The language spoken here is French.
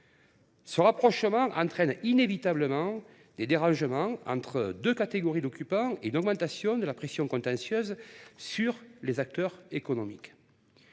Ce rapprochement entraîne inévitablement des frictions entre deux catégories d’occupants et une augmentation de la pression contentieuse sur les acteurs économiques.